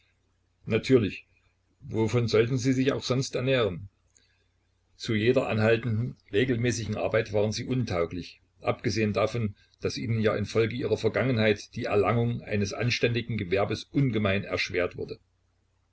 natürlich wovon sollten sie sich auch sonst ernähren zu jeder anhaltenden regelmäßigen arbeit waren sie untauglich abgesehen davon daß ihnen ja infolge ihrer vergangenheit die erlangung eines anständigen gewerbes ungemein erschwert wurde